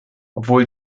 obwohl